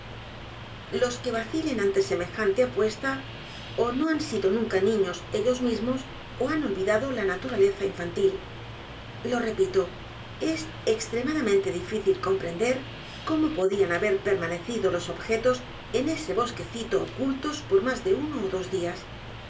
los que vacilen ante semejante apuesta ó no han sido nunca niños ellos mismos ó han olvidado la naturaleza infantil lo repito es extremadamente difícil comprender cómo podían haber permanecido los objetos en ese bosquecito ocultos por más de uno ó dos días